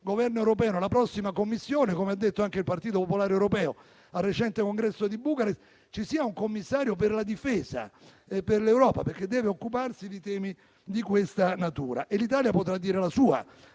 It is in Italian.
prossima Commissione, come detto anche dal Partito Popolare Europeo al recente Congresso di Bucarest, ci sia un commissario per la difesa per l'Europa, perché deve occuparsi di temi di questa natura. L'Italia potrà dire la sua: